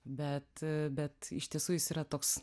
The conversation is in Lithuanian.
bet bet iš tiesų jis yra toks